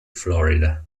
florida